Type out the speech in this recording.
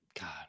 God